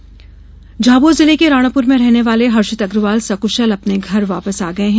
हर्षित वापसी झाबुआ जिले के राणापुर में रहने वाला हर्षित अग्रवाल सकुशल अपने घर वापस आ गया है